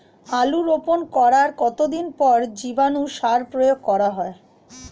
আলু রোপণ করার কতদিন পর জীবাণু সার প্রয়োগ করা হয়?